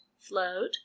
float